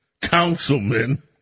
councilman